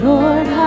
Lord